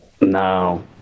No